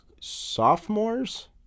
sophomores